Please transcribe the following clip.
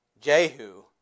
Jehu